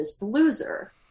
loser